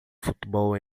futebol